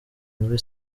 muri